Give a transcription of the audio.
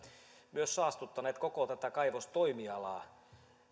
myös saastuttaneet koko tätä kaivostoimialaa